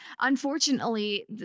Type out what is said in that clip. unfortunately